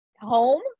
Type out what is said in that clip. home